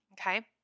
okay